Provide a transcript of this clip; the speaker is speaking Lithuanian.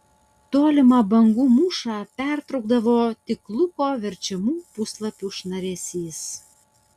tolimą bangų mūšą pertraukdavo tik luko verčiamų puslapių šnaresys